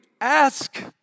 ask